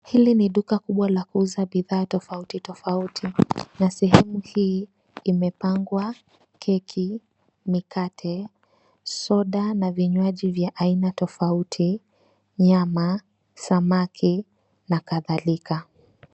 Hili ni duka kubwa la kuuza bidhaa tofauti tofauti, na sehemu hii imepangwa keki na mikate, soda na vinywaji vya aina tofauti, nyama, samaki na kadhalika.